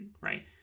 right